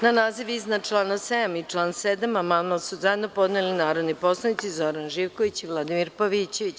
Na naziv iznad člana 7. i član 7. amandman su zajedno podneli narodni poslanici Zoran Živković i Vladimir Pavićević.